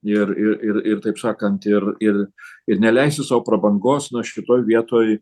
ir ir ir ir taip sakant ir ir ir neleisti sau prabangos na šitoj vietoj